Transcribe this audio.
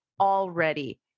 already